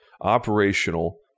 operational